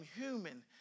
human